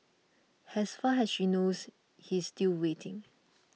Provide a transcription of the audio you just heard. has far has she knows he's still waiting